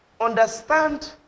Understand